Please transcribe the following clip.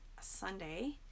Sunday